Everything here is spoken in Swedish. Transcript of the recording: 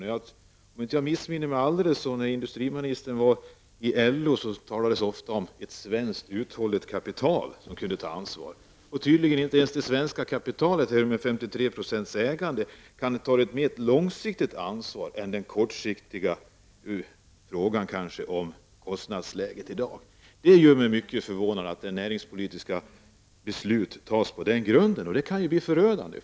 Om jag inte missminner mig talades det ofta inom LO när industriministern var verksam där om ett svenskt uthålligt kapital som kunde ta ansvar. Nu kan tydligen inte ens det svenska kapitalet med 53 % statligt ägande ta ett mer långsiktigt ansvar för kostnadsläget. Det gör mig mycket förvånad att näringspolitiska beslut fattas på den grunden. Detta kan bli förödande.